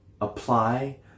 apply